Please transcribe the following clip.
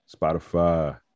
Spotify